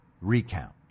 recount